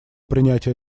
принятие